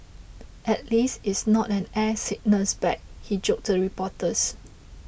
at least it's not an air sickness bag he joked to reporters